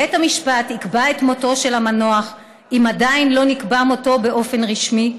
בית המשפט יקבע את מותו של המנוח אם עדיין לא נקבע מותו באופן רשמי,